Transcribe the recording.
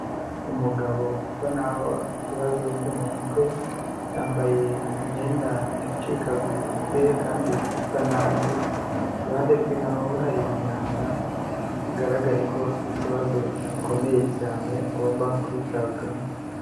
Umugabo usa naho afite ikibazo cyo mu mutwe, yambaye imyenda yacikaguritse kandi isa nabi, iruhande rwe naho hari imyanda, bigaragare ko afite ikibazo gikomeye cyane, agomba kwitabwaho.